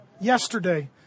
yesterday